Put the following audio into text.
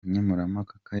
nkemurampaka